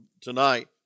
tonight